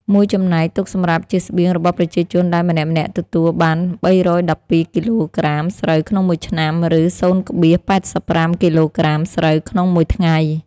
មួយចំណែក ទុកសម្រាប់ជាស្បៀងរបស់ប្រជាជនដែលម្នាក់ៗទទួល បាន៣១២គីឡូក្រាមស្រូវក្នុងមួយឆ្នាំ ឬ០,៨៥ គីឡូក្រាមស្រូវក្នុង មួយថ្ងៃ។